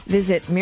Visit